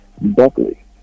Buckley